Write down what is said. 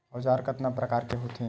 औजार कतना प्रकार के होथे?